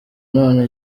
none